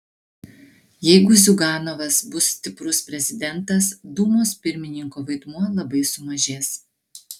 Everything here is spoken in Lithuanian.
jeigu ziuganovas bus stiprus prezidentas dūmos pirmininko vaidmuo labai sumažės